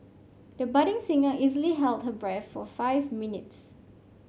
the budding singer easily held her breath for five minutes